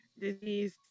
disease